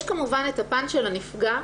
יש כמובן את הפן של הנפגע,